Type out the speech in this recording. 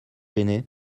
gêné